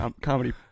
comedy